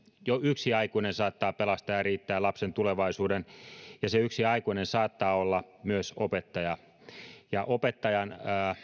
jo yksi aikuinen saattaa riittää ja pelastaa lapsen tulevaisuuden ja se yksi aikuinen saattaa myös olla opettaja opettajan